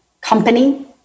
company